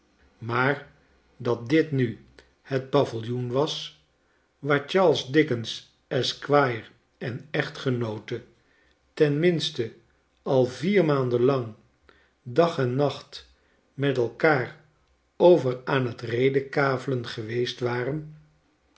maar dat dit nu het paviljoen was waar charles dickens esquire en echtgenoote ten minste al vier maanden lang dag en nacht met elkaar over aan tredekavelen geweest waren